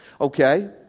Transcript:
Okay